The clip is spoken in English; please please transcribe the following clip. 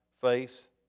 face